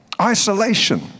Isolation